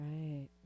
Right